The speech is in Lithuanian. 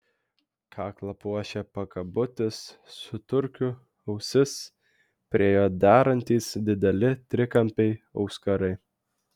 kaklą puošė pakabutis su turkiu ausis prie jo derantys dideli trikampiai auskarai